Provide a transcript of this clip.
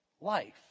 life